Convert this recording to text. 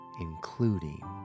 including